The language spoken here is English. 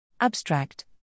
Abstract